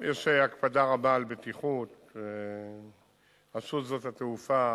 יש הקפדה רבה על בטיחות, רשות שדות התעופה